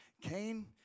Cain